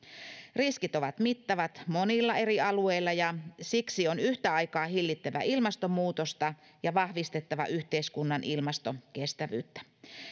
riskit ovat mittavat monilla eri alueilla ja siksi on yhtä aikaa hillittävä ilmastonmuutosta ja vahvistettava yhteiskunnan ilmastokestävyyttä